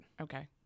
Okay